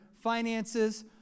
finances